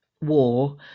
war